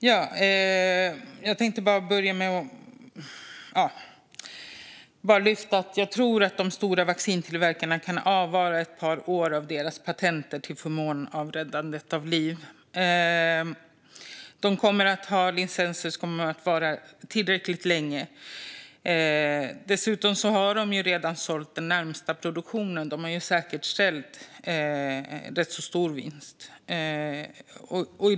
Fru talman! Jag vill börja med att lyfta fram att jag tror att de stora vaccintillverkarna kan avvara ett par år av sina patent till förmån för räddandet av liv. De kommer att ha licenser som varar tillräckligt länge. Dessutom har de redan sålt den närmaste produktionen; de har säkerställt en rätt stor vinst.